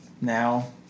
now